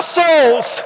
souls